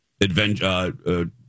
adventure